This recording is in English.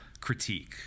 critique